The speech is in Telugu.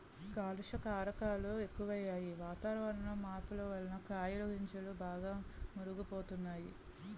కాలుష్య కారకాలు ఎక్కువయ్యి, వాతావరణంలో మార్పు వలన కాయలు గింజలు బాగా మురుగు పోతున్నాయి